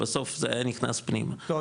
בסוף זה היה נכנס פנימה --- לא,